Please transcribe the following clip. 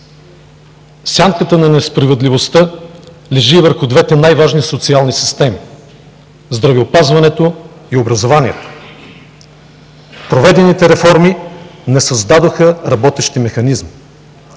Сянката на несправедливостта лежи и върху двете най-важни социални системи – здравеопазването и образованието. Проведените реформи не създадоха работещи механизми.